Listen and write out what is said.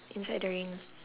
inside the ring